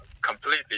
Completely